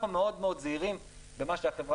אנחנו מאוד מאוד זהירים במה שהחברה